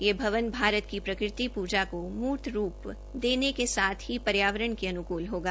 यह भवन भारत की प्रकृति पूजा को मूर्त रूप देने के साथ ही पर्यावरण के अनुकूल होगा